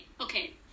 okay